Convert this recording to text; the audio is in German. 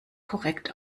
korrekt